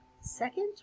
Second